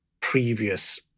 previous